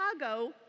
Chicago